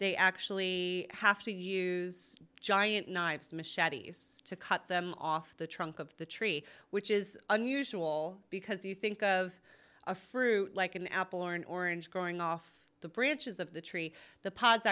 they actually have to use giant knives machetes to cut them off the trunk of the tree which is unusual because you think of a fruit like an apple or an orange growing off the branches of the tree the po